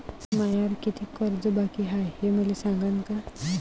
मायावर कितीक कर्ज बाकी हाय, हे मले सांगान का?